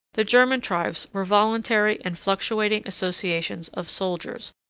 the german tribes were voluntary and fluctuating associations of soldiers,